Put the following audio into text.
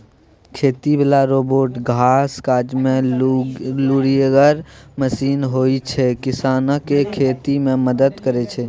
खेती बला रोबोट खास काजमे लुरिगर मशीन होइ छै किसानकेँ खेती मे मदद करय छै